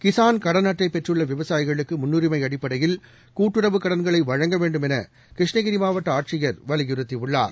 கிசான் கடன் அட்டை பெற்றுள்ள விவசாயிகளுக்கு முன்னுரிமை அடிப்படையில் கூட்டுறவு கடன்களை வழங்க வேண்டும் என கிருஷ்ணகிரி மாவட்ட ஆட்சியர் வலியுறுத்தியுள்ளார்